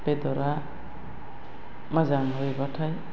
बेदरा मोजां रुयबाथाय